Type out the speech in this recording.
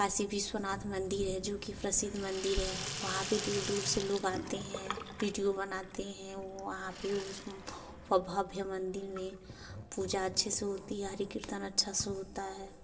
कशी विश्वानाथ मंदिर है जो कि प्रसिद्ध मंदिर है वहाँ पे दूर दूर से लोग आते हैं विडिओ बनाते हैं वहाँ उस पे भव्य मंदिर में पूजा अच्छे से होती है हरि कीर्तन अच्छे से होता है